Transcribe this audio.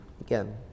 again